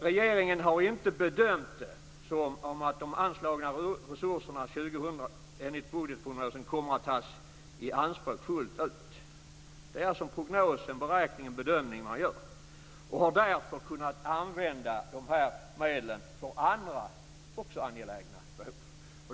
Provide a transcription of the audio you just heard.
Regeringen har inte bedömt att de anslagna resurserna för 2000 kommer att tas i anspråk fullt ut under 2000. Det är den beräkning som görs. Medlen har därför kunnat användas för andra angelägna behov.